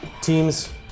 Teams